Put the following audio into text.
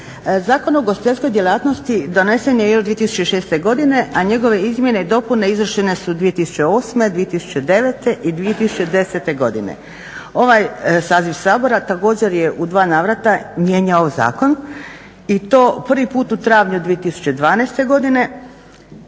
Zakon o ugostiteljskoj djelatnosti donesen je još 2006. godine a njegove izmjene i dopune izvršene su 2008., 2009. i 2010. godine. Ovaj saziv Sabora također je u dva navrata mijenjao zakon i to prvi put u travnju 2012. godine